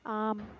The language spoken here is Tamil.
ஆம்